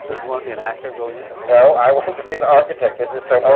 so did you want to be an actor, william? no, i wanted to be an architect. this is so